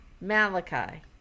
malachi